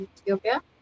Ethiopia